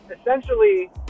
essentially